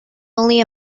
only